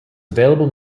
available